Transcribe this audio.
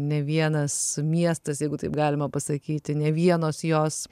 ne vienas miestas jeigu taip galima pasakyti ne vienos jos